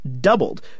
doubled